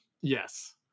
Yes